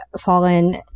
fallen